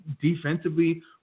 defensively